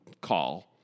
call